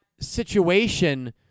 situation